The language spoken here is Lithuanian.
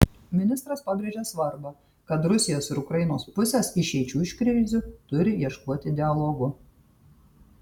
ministras pabrėžė svarbą kad rusijos ir ukrainos pusės išeičių iš krizių turi ieškoti dialogu